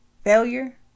failure